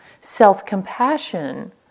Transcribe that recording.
self-compassion